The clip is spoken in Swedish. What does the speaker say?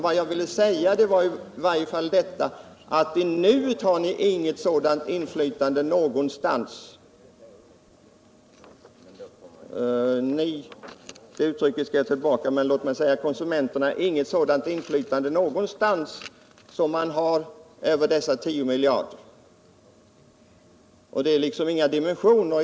Vad jag ville säga tidigare var att ni i dag inte har något sådant inflytande — inte någonstans har konsumenterna ett sådant inflytande som de enligt förslaget får över jordbrukets 10 miljarder.